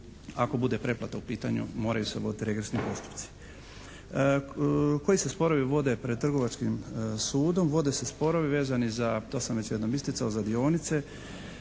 ako bude pretplata u pitanju moraju se voditi regresni postupci. Koji se sporovi vode pred Trgovačkim sudom? Vode se sporovi vezani za to sam već